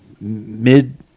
mid